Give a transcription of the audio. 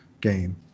game